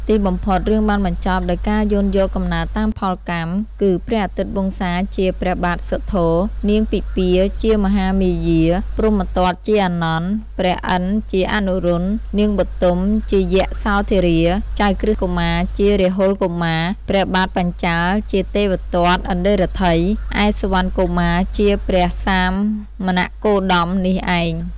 ទីបំផុត រឿងបានបញ្ចប់ដោយការយោនយកកំណើតតាមផលកម្ម គឺព្រះអាទិត្យវង្សាជាព្រះបាទសុទ្ធោន៍ នាងពិម្ពាជាមហាមាយា ព្រហ្មទត្តជាអានន្ន ព្រះឥន្ទជាអនុរុទ្ធ នាងបទុមជាយសោធារា ចៅក្រឹស្នកុមារជារាហុលកុមារ ព្រះបាទបញ្ចាល៍ជាទេវទត្តអន្យតិរ្ថិយ ឯសុវណ្ណកុមារជាព្រះសាមណគោតមនេះឯង។